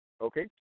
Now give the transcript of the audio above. okay